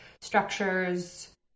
structures